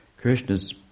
Krishna's